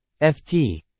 Ft